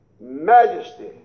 majesty